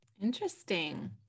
Interesting